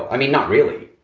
i mean, not really.